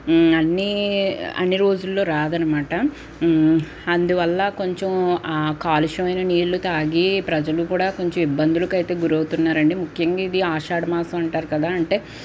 అన్నీ అన్నిరోజుల్లో రాదు అనమాట అందువల్ల కొంచెం కాలుష్యమైన నీళ్లు తాగి ప్రజలు కూడా కొంచెం ఇబ్బందులకైతే గురవుతున్నారండి ముఖ్యంగా ఇది ఆషాడమాసం అంటారు కదా అంటే